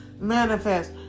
Manifest